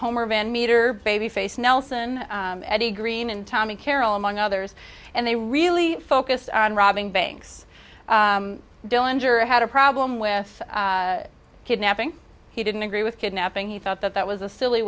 homer van meter babyface nelson eddie greene and tommy carroll among others and they really focused on robbing banks dylan juror had a problem with kidnapping he didn't agree with kidnapping he thought that that was a silly